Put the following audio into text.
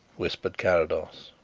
whispered carrados.